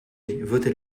votez